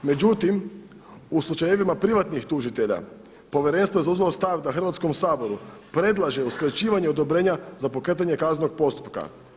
Međutim u slučajevima privatnih tužitelja Povjerenstvo je zauzelo stav da Hrvatskom saboru predlaže uskraćivanje odobrenja za pokretanje kaznenog postupka.